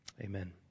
Amen